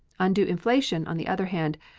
undue inflation, on the other hand,